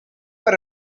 per